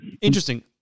interesting